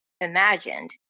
imagined